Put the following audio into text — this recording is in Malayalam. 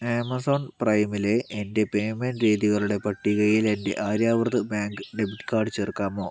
ആമസോൺ പ്രൈമിലെ എൻ്റെ പേയ്മെൻറ്റ് രീതികളുടെ പട്ടികയിൽ എൻ്റെ ആര്യാവ്രത് ബാങ്ക് ഡെബിറ്റ് കാർഡ് ചേർക്കാമോ